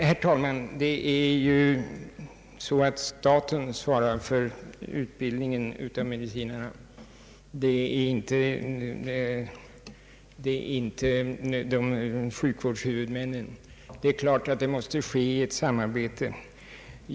Herr talman! Det är staten och inte sjukvårdshuvudmännen som svarar för utbildningen av medicinarna, men det är klart att det måste ske ett samarbete.